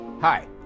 hi